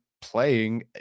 Playing